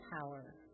power